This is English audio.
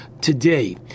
today